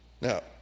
Now